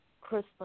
Christmas